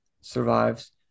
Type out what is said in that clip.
survives